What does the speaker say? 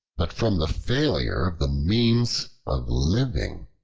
but from the failure of the means of living.